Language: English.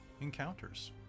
encounters